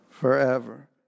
forever